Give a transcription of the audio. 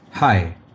Hi